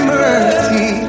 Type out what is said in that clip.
mercy